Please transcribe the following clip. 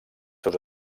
seus